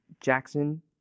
Jackson